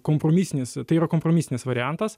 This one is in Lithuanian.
kompromisinis tai yra kompromistinis variantas